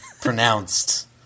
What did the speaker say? pronounced